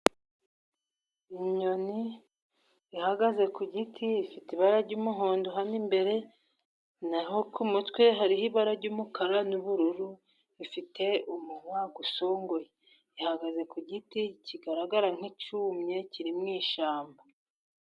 Inyoni ihagaze ku giti ifite ibara ry'umuhondo hano imbere, n'aho ku mutwe hariho ibara ry'umukara n'ubururu, ifite umunwa usongoye, ihagaze ku giti kigaragara nk'icyumye kiri mu ishyamba.